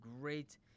great